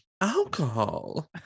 alcohol